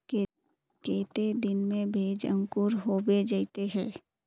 केते दिन में भेज अंकूर होबे जयते है?